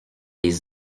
les